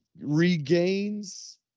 regains